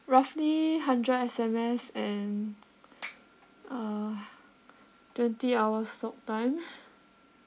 roughly hundred S_M_S and uh twenty hours talktime